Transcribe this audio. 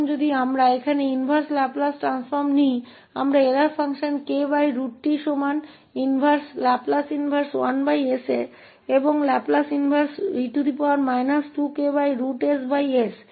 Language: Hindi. तो अब अगर हम यहां उलटा लैपलेस ट्रांसफॉर्म लेते हैं तो हमें त्रुटि फ़ंक्शन मिलेगा ktलैपलेस व्युत्क्रम 1s के बराबर है और लाप्लास e 2kss का उलटा है